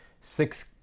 six